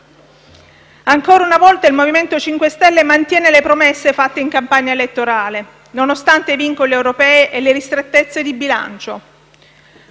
Ancora una volta il MoVimento 5 Stelle mantiene le promesse fatte in campagna elettorale, nonostante i vincoli europei e le ristrettezze di bilancio.